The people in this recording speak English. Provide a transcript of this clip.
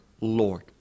Lord